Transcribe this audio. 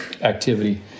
activity